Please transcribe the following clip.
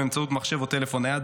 באמצעות מחשב או טלפון נייד,